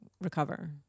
recover